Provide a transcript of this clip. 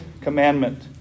commandment